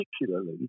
particularly